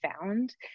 found